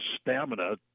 stamina